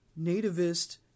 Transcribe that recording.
nativist